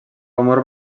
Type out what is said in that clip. amor